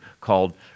called